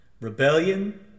Rebellion